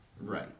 Right